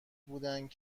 بودند